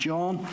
John